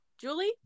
Julie